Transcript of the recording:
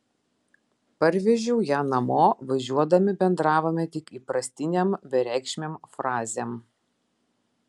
parvežiau ją namo važiuodami bendravome tik įprastinėm bereikšmėm frazėm